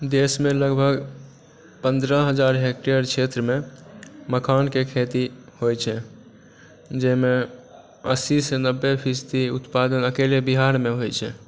देशमे लगभग पन्द्रह हजार हेक्टेयर क्षेत्रमे मखानकेँ खेती होइ छै जहिमे अस्सी से नब्बे फीसदी उत्पादन अकेले बिहारमे होइ छै